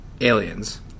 Aliens